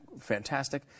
Fantastic